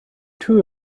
two